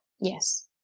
yes